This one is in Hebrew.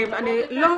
לא.